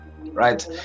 right